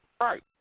Right